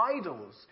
idols